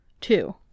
two